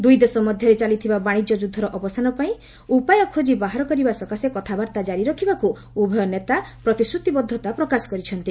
ଦୁଇଦେଶ ମଧ୍ୟରେ ଚାଲିଥିବା ବାଣିଜ୍ୟ ଯୁଦ୍ଧର ଅବସାନ ପାଇଁ ଉପାୟ ଖୋଜି ବାହାର କରିବା ସକାଶେ କଥାବାର୍ତ୍ତା କାରି ରଖିବାକୁ ଉଭୟ ନେତା ପ୍ରତିଶ୍ରତିବଦ୍ଧତା ପ୍ରକାଶ କରିଛନ୍ତି